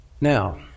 Now